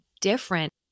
different